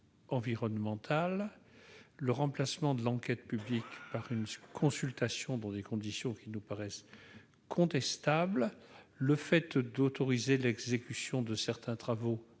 environnementale, le remplacement de l'enquête publique par une consultation, dans des conditions qui nous paraissent contestables, l'ouverture de la possibilité d'exécuter certains travaux